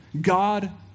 God